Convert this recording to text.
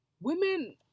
women